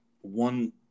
one